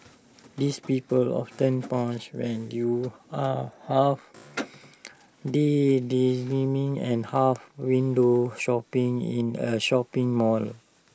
these people often pounce when you're half daydreaming and half window shopping in A shopping mall